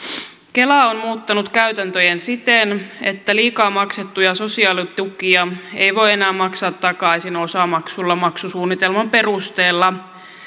kela on muuttanut käytäntöjään siten että liikaa maksettuja sosiaalitukia ei voi enää maksaa takaisin osamaksulla maksusuunnitelman perusteella